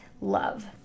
love